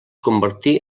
convertí